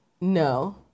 No